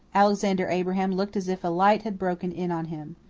alexander abraham looked as if a light had broken in on him.